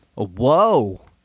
Whoa